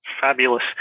fabulous